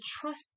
trust